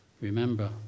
Remember